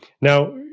Now